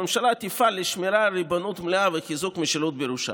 הממשלה תפעל לשמירה על ריבונות מלאה וחיזוק המשילות בירושלים".